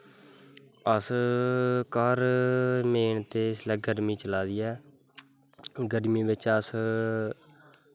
अस ते मेन ते घर इसलै गर्मी चला दी ऐ गर्मी बिच्च अस